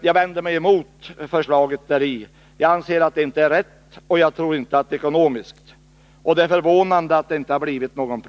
Jag vänder mig mot förslaget i denna proposition. Jag anser att det inte är rätt, och jag tror inte heller att det är ekonomiskt riktigt. Det är förvånande att det inte har väckt protester.